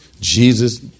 Jesus